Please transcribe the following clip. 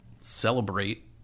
celebrate